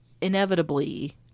inevitably